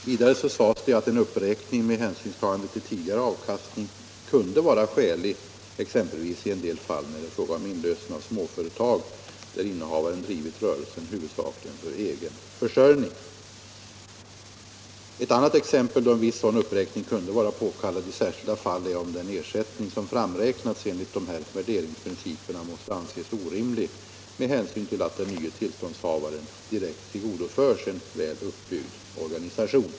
Vidare kunde en uppräkning med hänsynstagande till tidigare avkastning vara skälig i en del fall, exempelvis när det vore fråga om inlösen av småföretag där innehavaren drivit rörelsen huvudsakligen för egen försörjning. Ett annat exempel på att viss sådan uppräkning kunde vara påkallad i särskilda fall är om den ersättning som framräknats enligt dessa värderingsprinciper måste anses orimlig med hänsyn till att den nye tillståndshavaren direkt tillgodoförs en väl uppbyggd organisation.